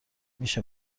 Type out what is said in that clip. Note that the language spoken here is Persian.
میشه